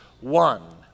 one